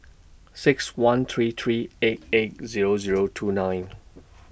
six one three three eight eight Zero Zero two nine